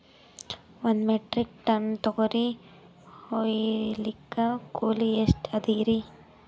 ಒಂದ್ metric ton ತೊಗರಿ ಹೋಯಿಲಿಕ್ಕ ಕೂಲಿ ಎಷ್ಟ ಅದರೀ?